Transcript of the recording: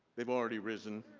they've already risen